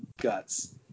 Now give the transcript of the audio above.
guts